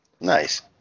Nice